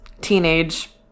teenage